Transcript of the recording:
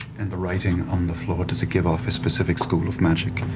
and the writing on the floor, does it give off a specific school of magic?